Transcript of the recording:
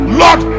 lord